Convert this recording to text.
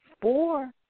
four